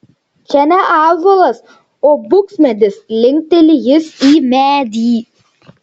čia ne ąžuolas o buksmedis linkteli jis į medį